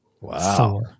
Wow